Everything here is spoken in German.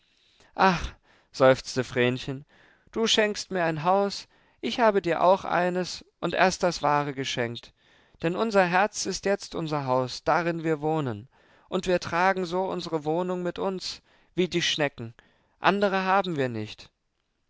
ach seufzte vrenchen du schenkst mir ein haus ich habe dir auch eines und erst das wahre geschenkt denn unser herz ist jetzt unser haus darin wir wohnen und wir tragen so unsere wohnung mit uns wie die schnecken andere haben wir nicht